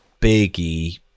biggie